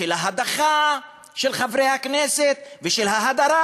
של ההדחה של חברי הכנסת ושל ההדרה,